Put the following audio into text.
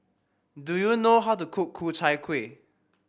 do you know how to cook Ku Chai Kuih